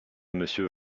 monsieur